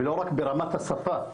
ולא רק ברמת השפה,